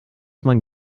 man